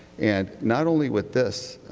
and not only with this,